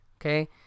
Okay